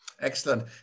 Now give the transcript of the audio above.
excellent